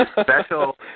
special